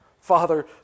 Father